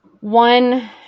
one